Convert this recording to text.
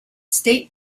state